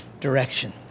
direction